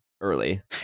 early